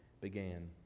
began